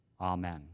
Amen